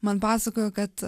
man pasakojo kad